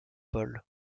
paul